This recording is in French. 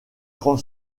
grand